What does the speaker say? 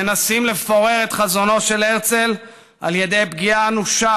מנסים לפורר את חזונו של הרצל על ידי פגיעה אנושה